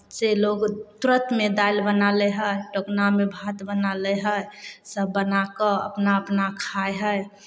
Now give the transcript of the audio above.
से लोक तुरन्तमे दालि बना लै हइ टोकनामे भात बना लै हइ सभ बना कऽ अपना अपना खाइ हइ